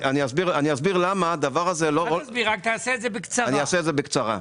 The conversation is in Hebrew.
רק תעשה את זה בקצרה.